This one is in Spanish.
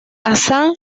assam